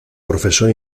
profesor